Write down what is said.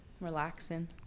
relaxing